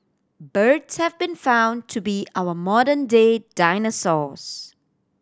birds have been found to be our modern day dinosaurs